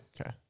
Okay